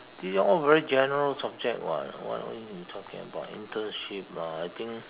these are all very general subject [what] what are you been talking about internship lah I think